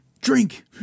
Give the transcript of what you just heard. drink